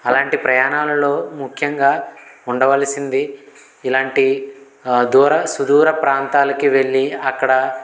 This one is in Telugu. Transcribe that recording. అలాంటి ప్రయాణాలలో ముఖ్యంగా ఉండవలసింది ఇలాంటి దూర సుదూర ప్రాంతాలకి వెళ్లి అక్కడ